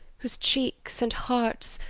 whose cheeks and hearts,